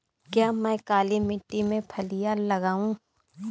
क्या मैं काली मिट्टी में फलियां लगाऊँ?